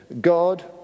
God